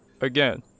Again